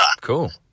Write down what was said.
Cool